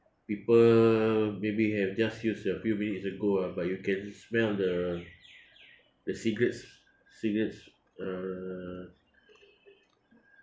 people maybe have just used a few minutes ago ah but you can smell the the cigarettes cigarettes err